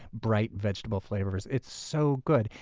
bright vegetable flavors. it's so good!